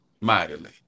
mightily